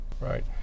Right